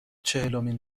چهلمین